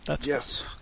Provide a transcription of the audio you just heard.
yes